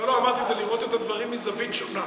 אמרתי: זה לראות את הדברים מזווית שונה.